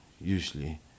usually